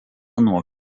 nuo